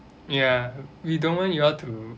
ya we don't want you all to